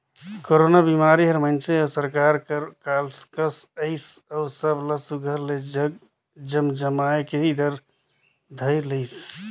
corona बिमारी हर मइनसे अउ सरकार बर काल कस अइस अउ सब ला सुग्घर ले जमजमाए के धइर लेहिस